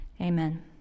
Amen